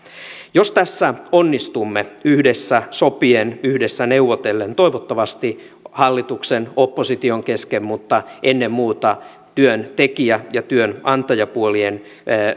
jos tässä onnistumme yhdessä sopien yhdessä neuvotellen toivottavasti hallituksen ja opposition kesken mutta ennen muuta työntekijä ja työnantajapuolien